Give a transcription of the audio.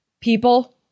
people